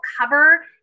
cover